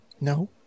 No